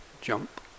jump